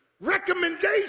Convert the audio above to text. recommendation